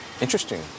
Interesting